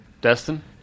Destin